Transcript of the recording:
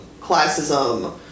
classism